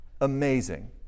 amazing